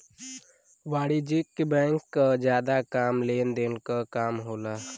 वाणिज्यिक बैंक क जादा काम लेन देन क काम होला